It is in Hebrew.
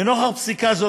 לנוכח פסיקה זו,